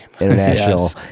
international